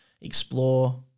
explore